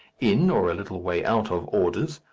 in or a little way out of orders,